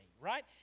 right